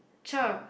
cher